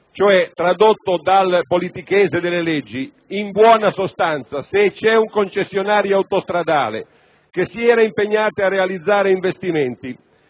Tradotto dal politichese delle leggi, in buona sostanza, se un concessionario autostradale si era impegnato a realizzare investimenti